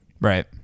Right